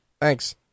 Thanks